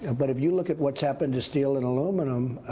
and but if you look at what's happened to steel and aluminium,